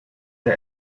der